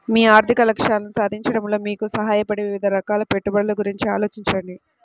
మీ ఆర్థిక లక్ష్యాలను సాధించడంలో మీకు సహాయపడే వివిధ రకాల పెట్టుబడుల గురించి ఆలోచించండి